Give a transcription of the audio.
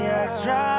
extra